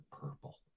purple